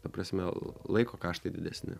ta prasme laiko kaštai didesni